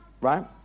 Right